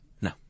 No